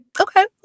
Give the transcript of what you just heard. Okay